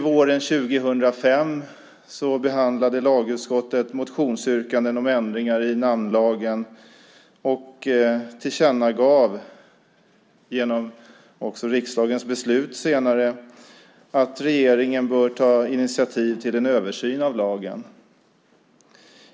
Våren 2005 behandlade lagutskottet motionsyrkanden om ändringar i namnlagen och tillkännagav senare genom riksdagens beslut att regeringen bör ta initiativ till en översyn av lagen.